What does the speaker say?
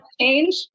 change